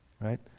Right